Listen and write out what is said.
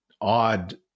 odd